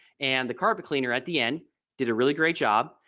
and the carpet cleaner at the end did a really great job.